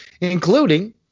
including